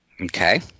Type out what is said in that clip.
Okay